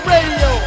Radio